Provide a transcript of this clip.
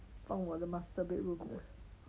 放我的 master bedroom 的